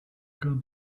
got